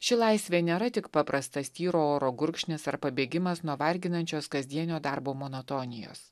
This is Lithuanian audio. ši laisvė nėra tik paprastas tyro oro gurkšnis ar pabėgimas nuo varginančios kasdienio darbo monotonijos